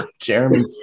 jeremy